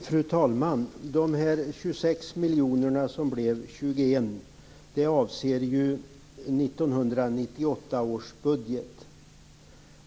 Fru talman! De 26 miljoner som blev 21 avser 1998 års budget.